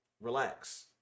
relax